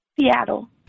Seattle